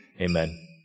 Amen